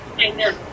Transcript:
Amen